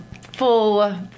full